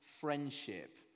friendship